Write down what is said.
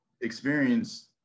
experience